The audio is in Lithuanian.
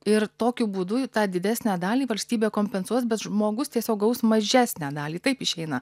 ir tokiu būdu į tą didesnę dalį valstybė kompensuos bet žmogus tiesiog gaus mažesnę dalį taip išeina